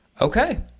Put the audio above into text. Okay